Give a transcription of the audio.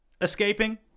escaping